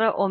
ನಂತರ ω